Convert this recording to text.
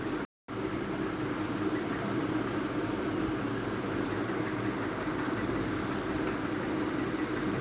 स्वास्थ्य बीमा करवाए से बहुते फायदा रहत बाटे